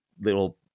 little